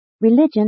religion